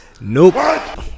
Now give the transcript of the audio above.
nope